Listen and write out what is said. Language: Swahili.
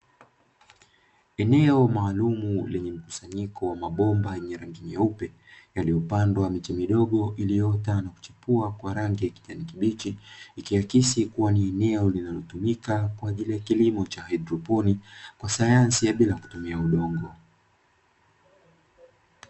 Eneo maalumu lenye mkusanyiko wa mabomba yenye rangi nyeupe. Yaliopandwa miche midogo iliyoota na kuchipua kwa rangi ya kijani kibichi, ikiakisi kuwa ni eneo linalotumika kwa ajili ya kilimo cha haidroponi kwa sayansi ya bila kutumia udongo.